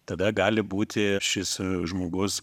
tada gali būti šis žmogus